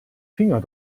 finger